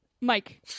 Mike